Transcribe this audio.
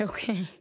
Okay